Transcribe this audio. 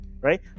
right